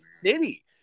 city